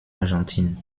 argentine